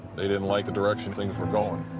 they didn't like the direction things were going.